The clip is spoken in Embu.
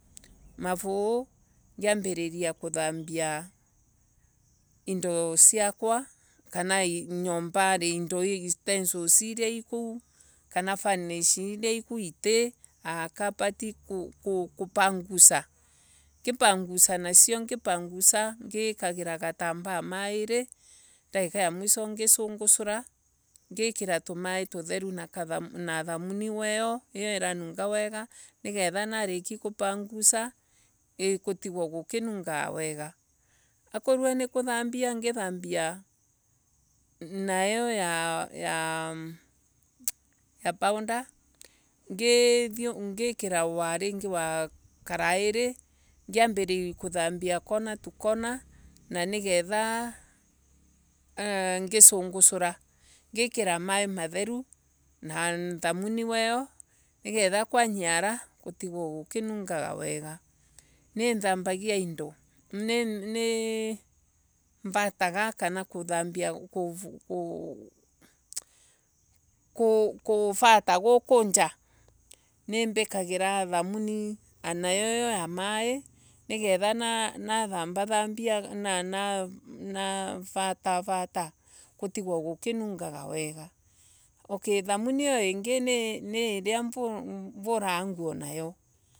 Alafu. ngiambiriria kuthambia indo siakwa. Kana nyombari indo utensos iria ikoo. kana tunish iria iku iti. A kabati kupangwa naipangusa nasio ngipangusa ngikagira gitambaa mairi ndagika ya mwiso ngisungura. Ngiikara tumai tutheru na thamani weeyo iranunga wenga niketha narikia gutigwe gukinungaga wega. Akorwa nikuthambia naithambia na iyo ya powder. Ngikiro waringi karairi naithambia kona to kona na nigetha ngisungwora ngikira thavuni weeyo nigetha kwanyara gutigwe gukinungaga weya. Nithambagia indo Nivatanga kana kuu Ku Kuvata guku nja. Nimbikagira thavuni weeyo ya mai niketha na vatavata gutigwe gukinungaga wega. Okay thavuni iyo ingi ni iria vuraga nguo nayo.